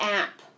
app